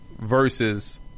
versus